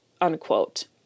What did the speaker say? unquote